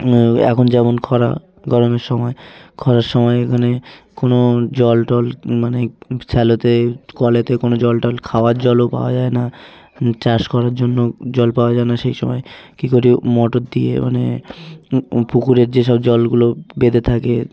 এখন যেমন খরা গরমের সময় খরার সময় এখানে কোনো জল টল মানে শ্যালোতে কলেতে কোনো জল টল খাওয়ার জলও পাওয়া যায় না চাষ করার জন্য জল পাওয়া যায় না সেই সময় কী করি মোটর দিয়ে মানে পুকুরের যেসব জলগুলো বেঁধে থাকে